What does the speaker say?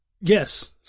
Yes